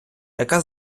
яка